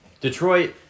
Detroit